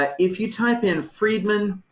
ah if you type in freedman